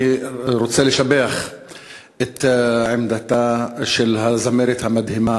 אני רוצה לשבח את עמדתה של הזמרת המדהימה